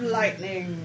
lightning